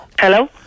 Hello